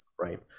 right